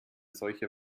solche